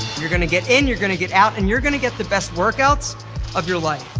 you're gonna get in, you're gonna get out and you're gonna get the best workouts of your life.